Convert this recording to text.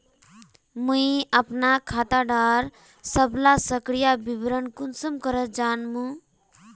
मुई अपना खाता डार सबला सक्रिय विवरण कुंसम करे जानुम?